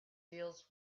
deals